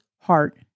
heart